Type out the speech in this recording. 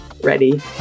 ready